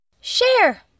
Share